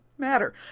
matter